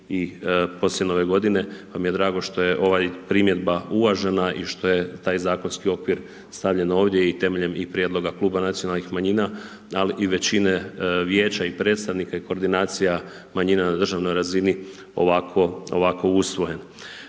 poslije Nove godine, pa mi je drago što je ova primjedba uvažena i što je taj zakonski okvir stavljen ovdje i temeljem i prijedloga Kluba nacionalnih manjina, ali i većina vijeća i predstavnika i koordinacija manjina na državnoj razini, ovako usvojen.